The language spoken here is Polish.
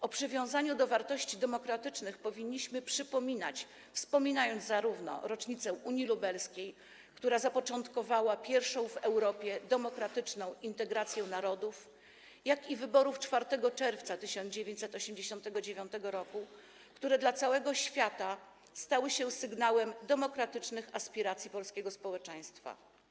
O przywiązaniu do wartości demokratycznych powinniśmy przypominać, wspominając zarówno rocznicę unii lubelskiej, która zapoczątkowała pierwszą w Europie demokratyczną integrację narodów, jak i wyborów 4 czerwca 1989 r., które dla całego świata stały się sygnałem demokratycznych aspiracji polskiego społeczeństwa.